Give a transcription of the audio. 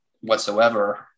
whatsoever